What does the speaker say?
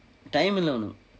time இல்ல ஒன்னும்:illa onnum